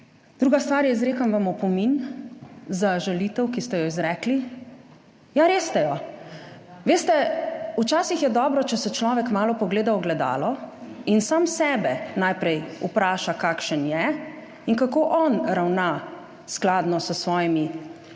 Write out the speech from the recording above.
Druga stvar je, izrekam vam opomin za žalitev, ki ste jo izrekli. / oglašanje iz dvorane/ Ja, res ste jo. Veste, včasih je dobro, če se človek malo pogleda v ogledalo in sam sebe najprej vpraša, kakšen je in kako on ravna skladno s svojimi, če